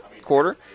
quarter